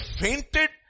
fainted